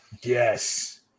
Yes